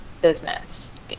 business